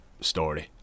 story